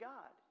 God